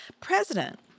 president